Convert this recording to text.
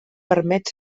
permet